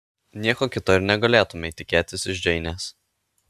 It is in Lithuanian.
nieko kito ir negalėtumei tikėtis iš džeinės